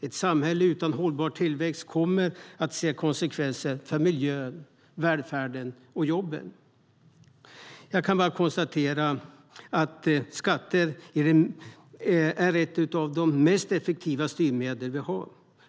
Ett samhälle utan hållbar tillväxt kommer att se konsekvenser för miljön, välfärden och jobben. Jag kan bara konstatera att skatter är ett av de mest effektiva styrmedel vi har.